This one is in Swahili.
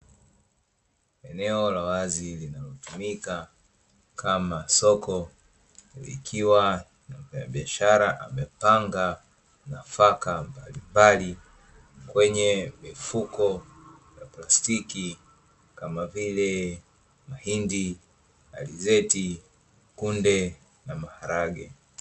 Eneo La wazi linalotumika kama soko likiwa na mfanyabiashara amepanga nafaka mbalimbali kwenye vifuko vya plastiki kama vile mahindi, alizeti, kunde na maharage.